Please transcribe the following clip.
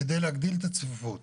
כדי להגדיל את הצפיפות